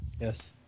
Yes